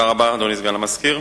אדוני סגן המזכיר,